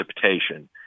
precipitation